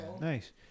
Nice